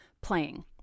playing